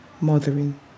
mothering